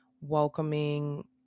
welcoming